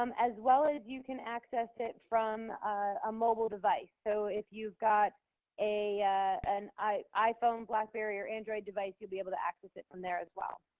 um as well as you can access it from a mobile device. so if you've got an an iphone, blackberry or android device, you'll be able to access it from there as well.